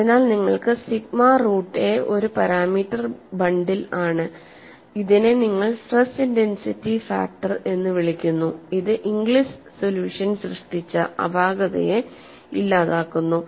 അതിനാൽ നിങ്ങൾക്ക് sigma root a ഒരു പാരാമീറ്റർ ബണ്ടിൽ ആണ് ഇതിനെ നിങ്ങൾ സ്ട്രെസ് ഇന്റൻസിറ്റി ഫാക്ടർ എന്ന് വിളിക്കുന്നു ഇത് ഇംഗ്ലിസ് സൊല്യൂഷൻ സൃഷ്ടിച്ച അപാകതയെ ഇല്ലാതാക്കുന്നു